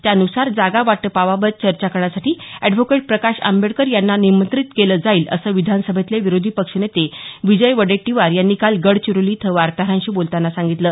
त्यानुसार जागा वाटपाबाबत चर्चा करण्यासाठी अॅडव्होकेट प्रकाश आंबेडकर यांना निमंत्रित केलं जाईल असं विधानसभेतले विरोधी पक्षनेते विजय वडेट्टीवार यांनी काल गडचिरोली इथं वार्ताहरांशी बोलतांना सांगितलं